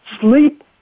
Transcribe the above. sleep